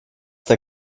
der